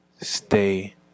stay